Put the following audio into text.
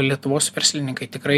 lietuvos verslininkai tikrai